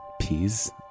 peas